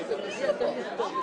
אני מכריז